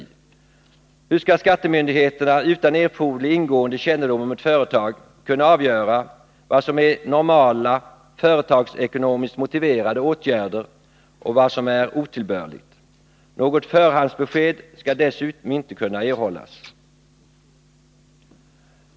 Hur skall skattemyndigheterna utan erforderlig ingående kännedom om ett företag kunna avgöra vad som är normala, företagsekonomiskt motiverade åtgärder och vad som är otillbörligt? Något förhandsbesked skall dessutom inte kunna erhållas.